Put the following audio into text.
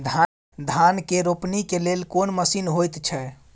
धान के रोपनी के लेल कोन मसीन होयत छै?